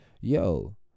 yo